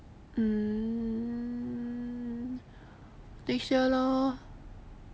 mm next year lor